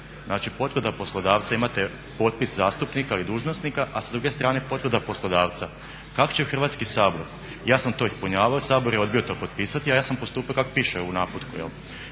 Znači, potvrda poslodavca. Imate potpis zastupnika i dužnosnika, a s druge strane potvrda poslodavca. Kak' će Hrvatski sabor, ja sam to ispunjavao, Sabor je odbio to potpisati, a ja sam postupio kak' piše u naputku